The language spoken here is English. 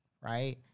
right